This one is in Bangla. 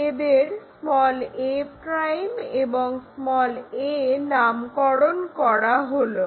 এদের a' এবং a নামকরণ করা হলো